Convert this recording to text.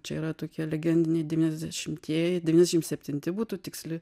čia yra tokie legendiniai devyniasdešimtieji devyniasdešim septinti būtų tiksli